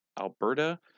Alberta